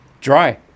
Dry